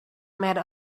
made